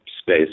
space